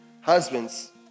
Husbands